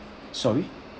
sorry